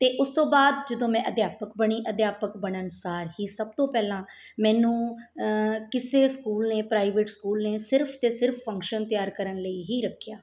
ਅਤੇ ਉਸ ਤੋਂ ਬਾਅਦ ਜਦੋਂ ਮੈਂ ਅਧਿਆਪਕ ਬਣੀ ਅਧਿਆਪਕ ਬਣਨ ਸਾਰ ਹੀ ਸਭ ਤੋਂ ਪਹਿਲਾਂ ਮੈਨੂੰ ਕਿਸੇ ਸਕੂਲ ਨੇ ਪ੍ਰਾਈਵੇਟ ਸਕੂਲ ਨੇ ਸਿਰਫ ਤੇ ਸਿਰਫ ਫੰਕਸ਼ਨ ਤਿਆਰ ਕਰਨ ਲਈ ਹੀ ਰੱਖਿਆ